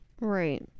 Right